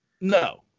No